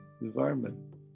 environment